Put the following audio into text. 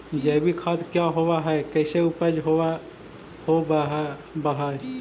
जैविक खाद क्या होब हाय कैसे उपज हो ब्हाय?